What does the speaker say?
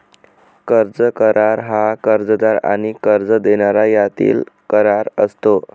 कर्ज करार हा कर्जदार आणि कर्ज देणारा यांच्यातील करार असतो